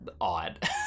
Odd